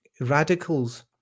radicals